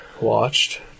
watched